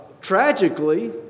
Tragically